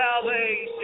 salvation